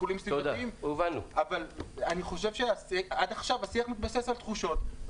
שיקולים סביבתיים אבל אני חושב שעד עכשיו השיח מתבסס על תחושות.